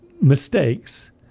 mistakes